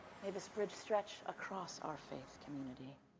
make this bridge stretch across our faith community.